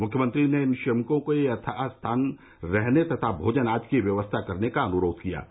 मुख्यमंत्री ने इन श्रमिकों के यथास्थान ठहरने तथा भोजन आदि की व्यवस्था करने का अनुरोध किया है